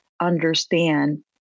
understand